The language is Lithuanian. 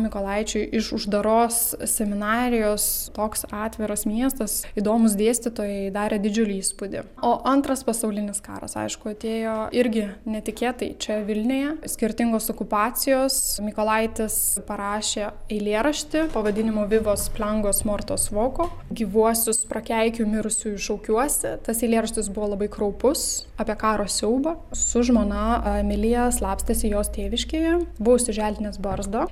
mykolaičiui iš uždaros seminarijos toks atviras miestas įdomūs dėstytojai darė didžiulį įspūdį o antras pasaulinis karas aišku atėjo irgi netikėtai čia vilniuje skirtingos okupacijos mykolaitis parašė eilėraštį pavadinimu vivos plangos mortos voko gyvuosius prakeikiu mirusiųjų šaukiuosi tas eilėraštis buvo labai kraupus apie karo siaubą su žmona emilija slapstėsi jos tėviškėje buvo užsiželdinęs barzdą